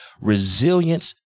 resilience